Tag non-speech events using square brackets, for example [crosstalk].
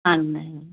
[unintelligible]